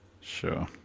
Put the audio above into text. Sure